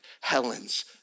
Helen's